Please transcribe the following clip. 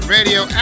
Radio